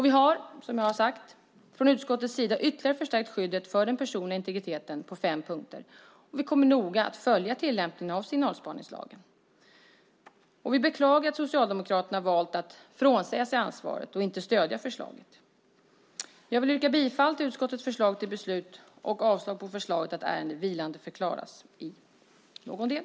Vi har, som jag har sagt, från utskottets sida ytterligare förstärkt skyddet för den personliga integriteten på fem punkter, och vi kommer noga att följa tillämpningen av signalspaningslagen. Vi beklagar att Socialdemokraterna har valt att frånsäga sig ansvaret och inte stödja förslaget. Jag vill yrka bifall till utskottets förslag till beslut och avslag på förslaget att ärendet vilandeförklaras i någon del.